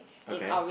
okay